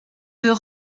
veut